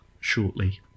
shortly